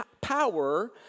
power